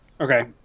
Okay